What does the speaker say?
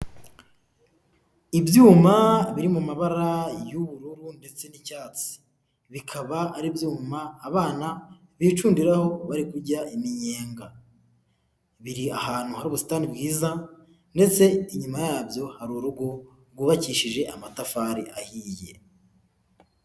Ibyuma biri mu mabara y'ubururu ndetse n'icyatsi, bikaba ari ibyuma abana bicundiraho bari kurya iminyenga, biri ahantu hari ubusitani bwiza ndetse inyuma yabyo hari urugo rwubakishije amatafari ahiye.